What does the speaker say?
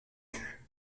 vue